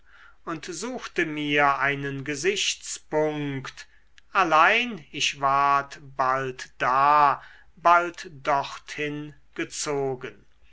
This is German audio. und suchte mir einen gesichtspunkt allein ich ward bald da bald dorthin gezogen